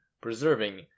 Preserving